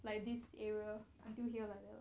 like this area until here like that lor